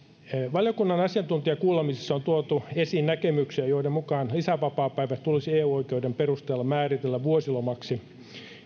valiokunnan asiantuntijakuulemisissa on on tuotu esiin näkemyksiä joiden mukaan lisävapaapäivät tulisi eu oikeuden perusteella määritellä vuosilomaksi